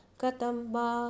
katamba